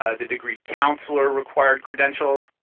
the decreed counselor required credentials.